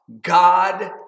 God